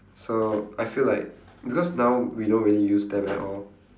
so I feel like because now we don't really use them at all